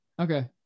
Okay